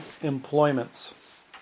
employments